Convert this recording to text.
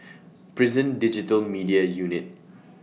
Prison Digital Media Unit